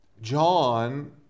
John